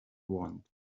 want